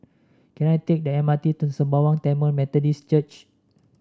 can I take the M R T to Sembawang Tamil Methodist Church